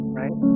right